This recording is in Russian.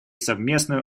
совместную